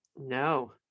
No